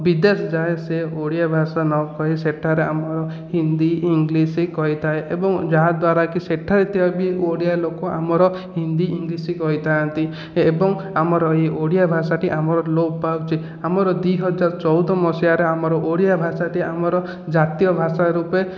ବିଦେଶ ଯାଏ ସେ ଓଡ଼ିଆ ଭାଷା ନକହି ସେଠାରେ ଆମ ହିନ୍ଦୀ ଇଂଲିଶ କହିଥାଏ ଏବଂ ଯାହାଦ୍ଵାରା କି ସେଠାରେ ଥିବା ବି ଓଡ଼ିଆ ଲୋକ ଆମର ହିନ୍ଦୀ ଇଂଲିଶ କହିଥାନ୍ତି ଏବଂ ଆମର ଏହି ଓଡ଼ିଆ ଭାଷାଟି ଆମର ଲୋପ୍ ପାଉଛି ଆମର ଦୁଇ ହଜାର ଚଉଦ ମସିହାରେ ଆମର ଓଡ଼ିଆ ଭାଷାଟି ଆମର ଜାତୀୟ ଭାଷା ରୂପେ